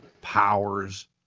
powers